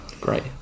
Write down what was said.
great